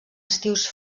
estius